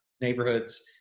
neighborhoods